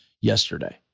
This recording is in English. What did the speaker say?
yesterday